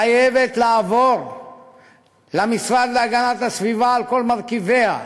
חייבת לעבור למשרד להגנת הסביבה, על כל מרכיביה.